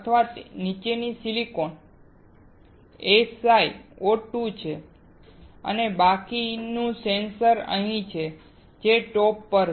આની નીચેનું silicon SiO2 છે અને પછી બાકીનું સેન્સર અહીં છે ટોચ પર